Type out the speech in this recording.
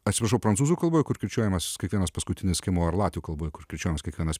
atsiprašau prancūzų kalboj kur skaičiuojamas kiekvienas paskutinis skiemuo ar latvių kalboj kur kirčiuojamas kiekvienas